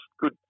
good